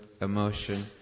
emotion